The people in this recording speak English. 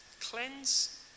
cleanse